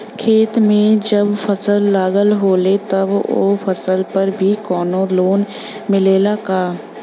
खेत में जब फसल लगल होले तब ओ फसल पर भी कौनो लोन मिलेला का?